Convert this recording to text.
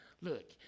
look